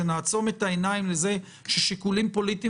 שנעצום את העיניים לזה ששיקולים פוליטיים